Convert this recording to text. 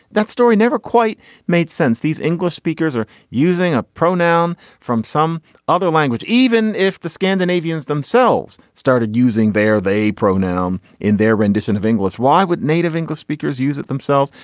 that story never quite made sense these english speakers are using a pronoun from some other language even if the scandinavians themselves started using their they pronoun in their rendition of english. why would native english speakers use it themselves.